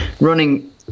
running